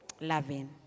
loving